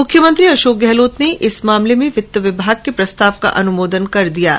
मुख्यमंत्री अशोक गहलोत ने इस मामले में वित्त विभाग के प्रस्ताव का अनुमोदन कर दिया है